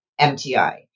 MTI